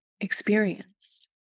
experience